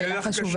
יהיה לך קשה.